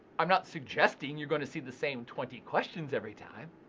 i'm not suggesting you're gonna see the same twenty questions every time.